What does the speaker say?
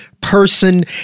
person